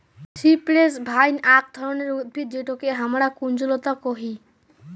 cypress vine আক ধরণের উদ্ভিদ যেটোকে হামরা কুঞ্জলতা কোহি